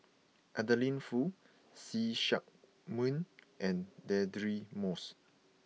Adeline Foo See Chak Mun and Deirdre Moss